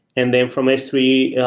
and then from s three,